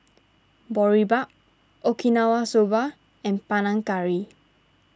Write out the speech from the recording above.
Boribap Okinawa Soba and Panang Curry